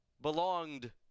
belonged